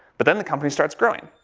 but then the company starts growing.